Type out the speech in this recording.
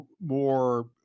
more